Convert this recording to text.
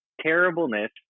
terribleness